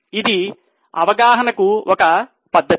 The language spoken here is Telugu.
ఇది అవగాహనకు ఒక పద్ధతి